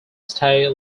stay